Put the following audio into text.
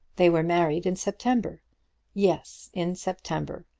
they were married in september yes, in september,